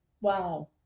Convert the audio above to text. Wow